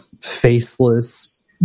faceless